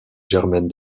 germaine